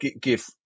give